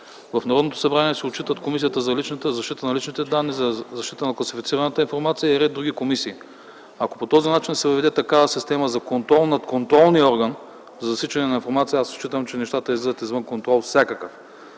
В Народното събрание се отчитат Комисията за защита на личните данни, Комисията за защита на класифицираната информация и ред други комисии. Ако по този начин се въведе такава система за контрол над контролния орган – засичане на информация, аз считам, че нещата излизат извън всякакъв